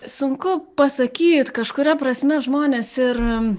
sunku pasakyt kažkuria prasme žmonės ir